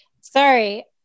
Sorry